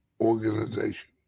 organization